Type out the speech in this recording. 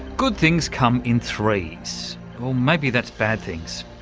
good things come in threes or maybe that's bad things,